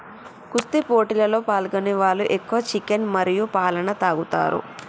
కుస్తీ పోటీలలో పాల్గొనే వాళ్ళు ఎక్కువ చికెన్ మరియు పాలన తాగుతారు